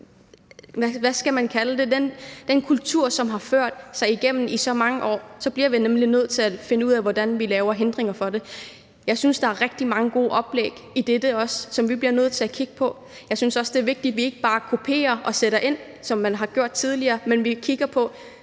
det, kultur, som har ført til krænkelser i mange år, bliver vi nødt til at finde ud af, hvordan vi laver hindringer for det. Jeg synes, der er rigtig mange gode oplæg til det, som vi også bliver nødt til at kigge på, og jeg synes også, det er vigtigt, at vi ikke bare kopierer og sætter ind, som man har gjort tidligere, men at vi kigger på,